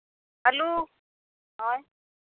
ᱟᱹᱞᱩ ᱦᱳᱭ